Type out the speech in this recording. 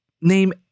Name